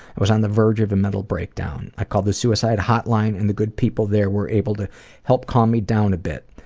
i was on the verge of a mental breakdown. i called the suicide hotline and the good people there were able to help calm me down a bit.